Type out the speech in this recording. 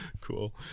cool